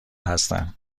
هستن